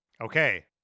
Okay